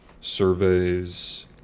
surveys